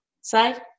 say